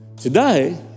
Today